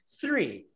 three